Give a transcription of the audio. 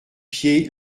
pied